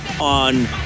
on